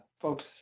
folks